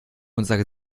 unserer